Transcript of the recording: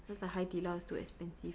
cause like 海底捞 is too expensive